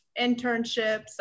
internships